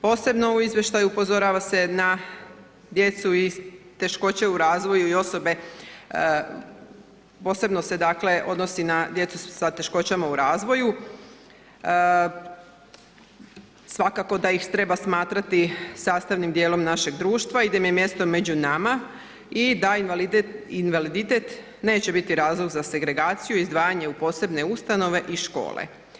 Posebno u izvještaju upozorava se na djecu i teškoće u razvoju i osobe, posebno se dakle odnosi na djecu s teškoćama u razvoju, svakako da ih treba smatrati sastavnim djelom našeg društva i da im je mjesto među nama i da invaliditet neće biti razlog za segregaciju i izdvajanje u posebne ustanove i škole.